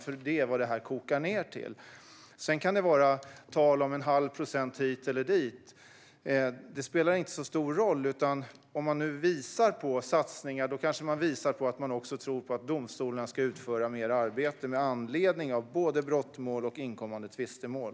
Det är nämligen vad detta kokar ned till. Man kan tala om en halv procent hit eller dit, men det spelar inte så stor roll. Om man visar att satsningar görs visar man kanske också att man tror på att domstolarna kommer att utföra mer arbete med anledning av både brottmål och inkommande tvistemål.